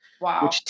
Wow